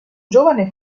giovane